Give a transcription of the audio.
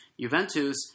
Juventus